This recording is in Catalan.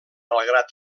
malgrat